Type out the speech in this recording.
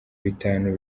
bitanu